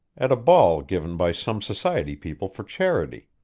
at a ball given by some society people for charity.